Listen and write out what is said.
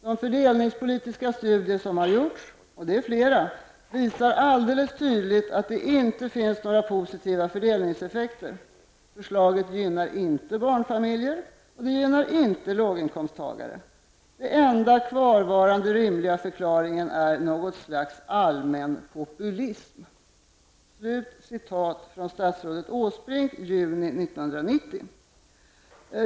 De fördelningspolitiska studier som har gjorts, och det är flera, visar alldeles tydligt att det inte finns några positiva fördelningseffekter. Förslaget gynnar inte barnfamiljer, och det gynnar inte låginkomsttagare. Den enda kvarvarande rimliga förklaringen är något slags allmän populism.'' -- Det är ett citat av vad statsrådet Åsbrink sade i juni 1990.